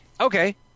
okay